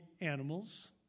animals